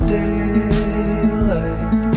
daylight